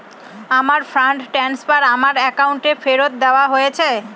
আমার fund transfer আমার অ্যাকাউন্টে ফেরত দেওয়া হয়েছে